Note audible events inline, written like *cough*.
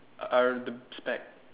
*noise* spec